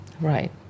Right